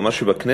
הוא אמר שבכנסת,